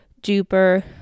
duper